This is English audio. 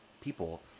people